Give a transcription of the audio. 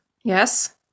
yes